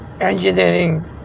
engineering